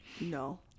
no